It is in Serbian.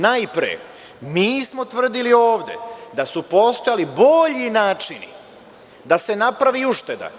Najpre, mi smo tvrdili ovde da su postojali bolji načini da se napravi ušteda.